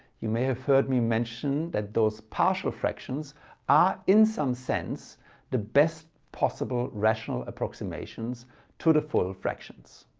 you may have heard me mention that those partial fractions are in some sense the best possible rational approximations to the full fractions.